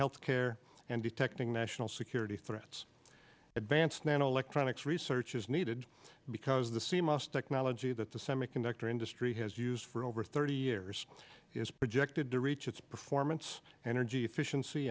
health care and detecting national security threats advanced an electronics research is needed because the cmos technology that the semiconductor industry has used for over thirty years is projected to reach its performance energy efficiency